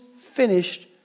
finished